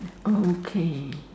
okay